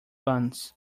buns